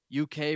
UK